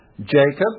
Jacob